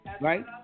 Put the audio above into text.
Right